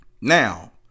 now